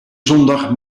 zondag